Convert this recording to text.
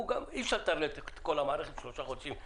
אי אפשר לטרלל את כל המערכת בשלושה חודשים.